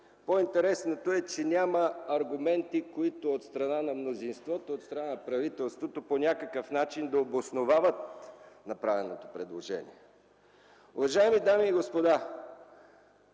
По-интересното е, че няма аргументи от страна на мнозинството и от страна на правителството - по някакъв начин да обосновават направеното предложение. Уважаеми дами и господа,